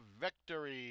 Victory